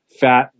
fat